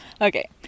Okay